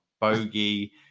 bogey